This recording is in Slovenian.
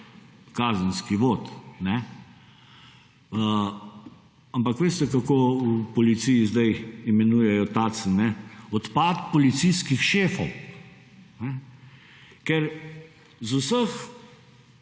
kazenski vod. Ampak veste kako v Policiji sedaj imenujejo Tacen? Odpad policijskih šefov, ker z vseh